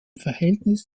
verhältnis